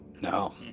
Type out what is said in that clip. No